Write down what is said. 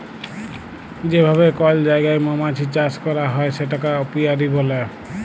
যে ভাবে কল জায়গায় মমাছির চাষ ক্যরা হ্যয় সেটাকে অপিয়ারী ব্যলে